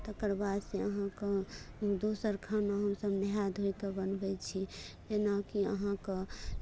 तकर बाद से अहाँकेँ दोसर खाना हमसभ नहाए धोय कऽ बनबै छी जेनाकि अहाँकेँ